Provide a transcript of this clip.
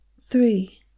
three